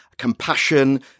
compassion